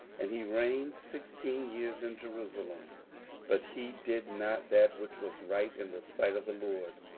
and he reigned sixteen years in jerusalem but he did not that which was right in the sight of the lord,